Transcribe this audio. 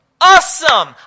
awesome